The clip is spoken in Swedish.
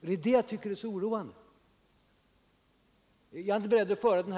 Det är det jag tycker är så oroande när man skildrar detta som förföljelse.